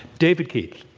david keith.